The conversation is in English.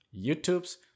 YouTube's